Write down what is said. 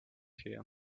here